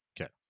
okay